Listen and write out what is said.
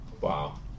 Wow